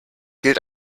gilt